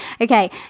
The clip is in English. okay